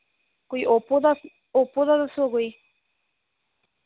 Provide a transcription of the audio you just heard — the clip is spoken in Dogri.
कोई ओप्पो दा ओप्पो दा दस्सो कोई